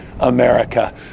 America